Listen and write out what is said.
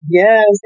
yes